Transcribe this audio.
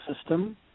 system